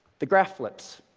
the graph flips,